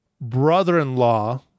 brother-in-law